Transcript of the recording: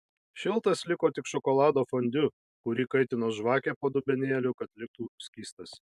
šiltas liko tik šokolado fondiu kurį kaitino žvakė po dubenėliu kad liktų skystas